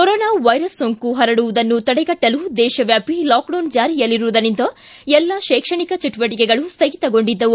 corona virus ಸೋಂಕು ಪರಡುವುದನ್ನು ತಡೆಗಟ್ಟಲು ದೇಶವ್ಕಾಪಿ ಲಾಕ್ಡೌನ್ ಜಾರಿಯಲ್ಲಿರುವುದರಿಂದ ಎಲ್ಲಾ ಶೈಕ್ಷಣಿಕ ಚಟುವಟಕೆಗಳು ಸ್ಥಗಿತಗೊಂಡಿದ್ದವು